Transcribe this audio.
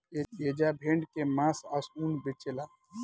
एजा भेड़ के मांस आ ऊन बेचाला